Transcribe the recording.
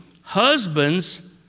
husbands